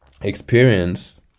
experience